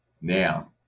now